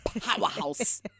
powerhouse